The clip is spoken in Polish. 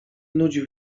nudził